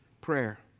prayer